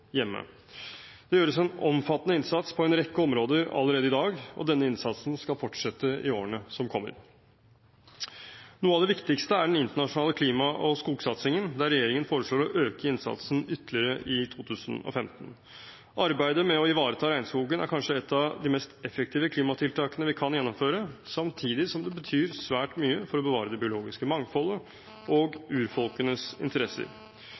hjemme. Det gjøres en omfattende innsats på en rekke områder allerede i dag, og denne innsatsen skal fortsette i årene som kommer. Noe av det viktigste er den internasjonale klima- og skogsatsingen, der regjeringen foreslår å øke innsatsen ytterligere i 2015. Arbeidet med å ivareta regnskogen er kanskje et av de mest effektive klimatiltakene vi kan gjennomføre, samtidig som det betyr svært mye for å bevare det biologiske mangfoldet og urfolkenes interesser.